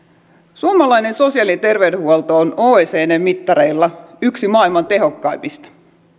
suomalainen sosiaali ja terveydenhuolto on oecdn mittareilla yksi maailman tehokkaimmista